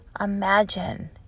Imagine